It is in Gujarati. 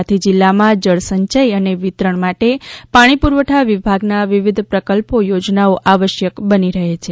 આથી જિલ્લામાં જળસંચય અને વિતરણ માટે પાણી પુરવઠા વિભાગના વિવિધ પ્રકલ્પો યોજનાઓ આવશ્યક બની રહે છે